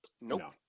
No